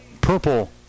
purple